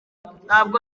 ntabwo